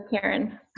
Karen